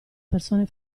persone